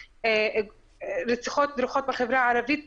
רציחות בחברה הערבית,